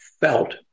felt